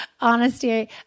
honesty